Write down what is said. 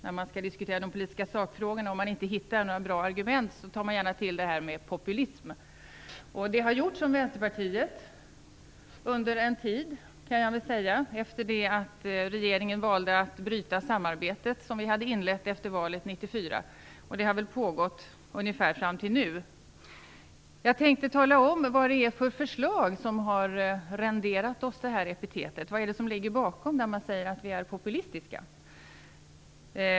När man skall diskutera de politiska sakfrågorna och inte hittar några bra argument tar man gärna till resonemanget om populism. Det har gjorts om Vänsterpartiet under en tid efter det att regeringen valde att bryta det samarbete som vi hade inlett efter valet 1994. Det har pågått ungefär fram till nu. Jag tänkte tala om vad det är för förslag som har renderat oss detta epitet. Vad är det som ligger bakom när man säger att vi är populistiska?